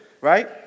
right